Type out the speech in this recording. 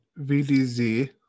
VDZ